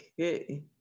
Okay